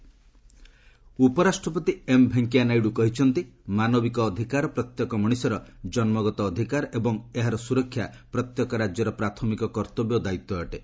VP NHRC ଉପରାଷ୍ଟ୍ରପତି M Venkaiah Naidu କହିଛନ୍ତି ମାନବିକ ଅଧିକାର ପ୍ରତ୍ୟେକ ମଣିଷର ଜନ୍ମଗତ ଅଧିକାର ଏବଂ ଏହାର ସୁରକ୍ଷା ପ୍ରତ୍ୟେକ ରାଜ୍ୟର ପ୍ରାଥମିକ କର୍ତ୍ତବ୍ୟ ଓ ଦାୟିତ୍ୱ ଅଟେ